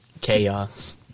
chaos